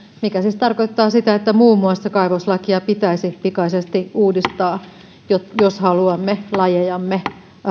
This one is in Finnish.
mikä siis tarkoittaa sitä että muun muassa kaivoslakia pitäisi pikaisesti uudistaa jos haluamme lajejamme